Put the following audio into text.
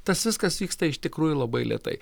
tas viskas vyksta iš tikrųjų labai lėtai